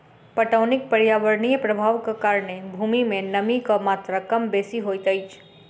पटौनीक पर्यावरणीय प्रभावक कारणेँ भूमि मे नमीक मात्रा कम बेसी होइत अछि